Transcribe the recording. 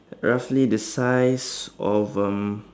roughly the size of um